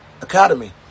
academy